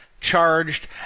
charged